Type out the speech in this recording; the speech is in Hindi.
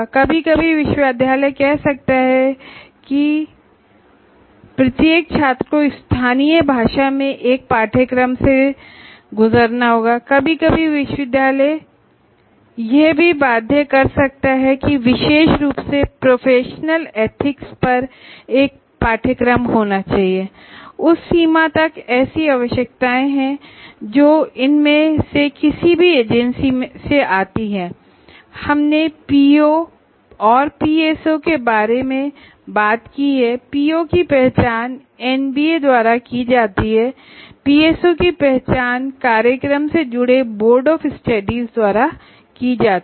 कभी कभी एक विश्वविद्यालय कह सकता है कि प्रत्येक छात्र को स्थानीय भाषा में एक कोर्स करना होगा और कभी कभी एक विश्वविद्यालय यह भी बाध्य कर सकता है कि विशेष रूप से प्रोफेशनल एथिक्स पर एक कोर्स होना चाहिए इत्यादिI हमने पीओ और पीएसओ के बारे में बात की है पीओ की पहचान एनबीए द्वारा की जाती है और पीएसओ की पहचान प्रोग्राम से जुड़े बोर्ड ऑफ स्टडीज द्वारा की जाती है